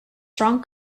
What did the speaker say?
strong